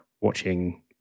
watching